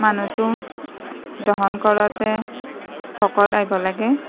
মানুহটো দহন কৰোঁতে ভকত আহিব লাগে